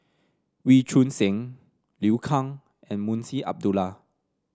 Wee Choon Seng Liu Kang and Munshi Abdullah